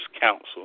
counsel